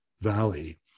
Valley